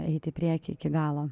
eit į priekį iki galo